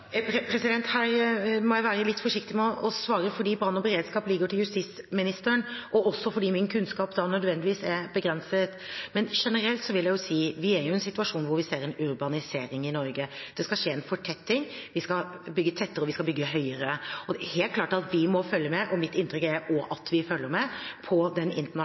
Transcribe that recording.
Her må jeg være litt forsiktig med å svare, fordi brann og beredskap ligger til justisministeren, og fordi min kunnskap da nødvendigvis er begrenset. Men generelt vil jeg si at vi er i en situasjon hvor vi ser en urbanisering i Norge. Det skal skje en fortetting – vi skal bygge tettere, og vi skal bygge høyere – og det er helt klart at vi må følge med. Mitt inntrykk er at vi følger med på den